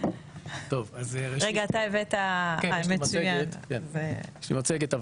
יש לי מצגת,